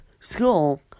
school